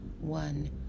one